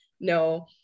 no